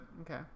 okay